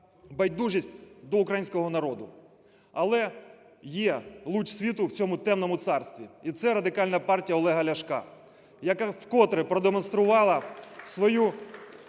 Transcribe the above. байдужість до українського народу. Але є луч світу в цьому темному царстві - і це Радикальна партія Олега Ляшка, яка вкотре продемонструвала свою